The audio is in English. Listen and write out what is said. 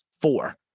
four